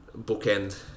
bookend